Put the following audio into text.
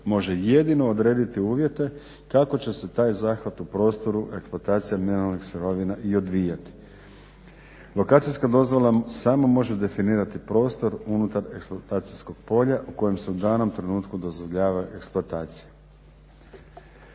Može jedino odrediti uvjete kako će se taj zahvat u prostoru eksploatacija mineralnih sirovina i odvijati. Lokacijska dozvola samo može definirati prostor unutar eksploatacijskog polja u kojem se u danom trenutku dozvoljava eksploatacija.